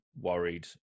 worried